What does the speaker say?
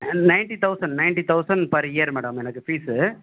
ninety thousand ninety thousand per year madam எனக்கு fees